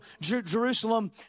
Jerusalem